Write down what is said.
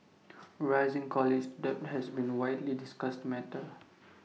rising college debt has been A widely discussed matter